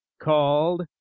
called